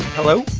hello?